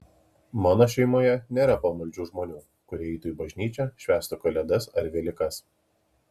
mano šeimoje nėra pamaldžių žmonių kurie eitų į bažnyčią švęstų kalėdas ar velykas